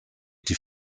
die